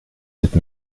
cette